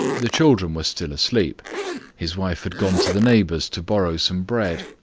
the children were still asleep his wife had gone to the neighbor's to borrow some bread.